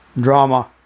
Drama